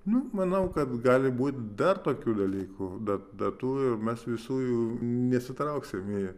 nu manau kad gali būti dar tokių dalykų da datų ir mes visų jų nesutrauksim į